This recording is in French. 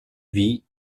vie